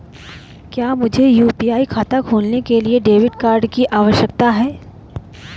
क्या मुझे यू.पी.आई खाता खोलने के लिए डेबिट कार्ड की आवश्यकता है?